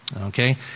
okay